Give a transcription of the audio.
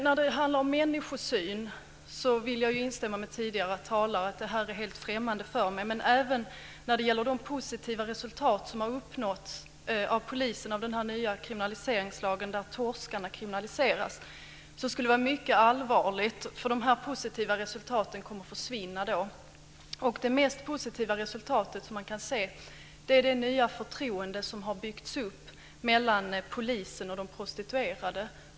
När det handlar om människosyn vill jag instämma med tidigare talare. Detta är helt främmande för mig. Men även när det gäller de positiva resultat som har uppnåtts av polisen genom den nya lagen, där torskarna kriminaliseras, skulle det vara mycket allvarligt. De positiva resultaten kommer då att försvinna. Det mest positiva resultat man kan se är det nya förtroende som har byggts upp mellan polisen och de prostituerade.